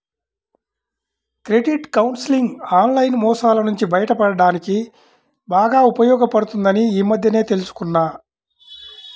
credit counselling online మోసాల నుంచి బయటపడడానికి బాగా ఉపయోగపడుతుందని ఈ మధ్యనే తెల్సుకున్నా